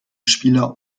spieler